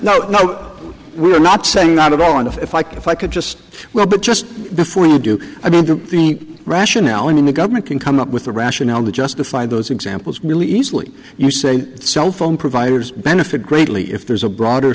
no no we're not saying not at all and if i could if i could just well but just before you do i mean the rationale i mean the government can come up with a rationale to justify those examples really easily you say cell phone providers benefit greatly if there's a broader